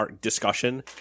discussion